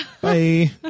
Bye